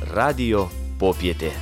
radijo popietė